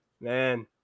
Man